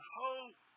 hope